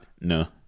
no